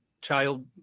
child